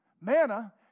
manna